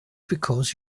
because